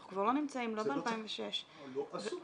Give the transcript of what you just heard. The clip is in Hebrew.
אנחנו כבר לא נמצאים, לא ב-2006 --- אבל לא עשו.